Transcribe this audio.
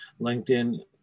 LinkedIn